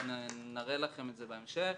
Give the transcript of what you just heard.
אנחנו נראה לכם את זה בהמשך.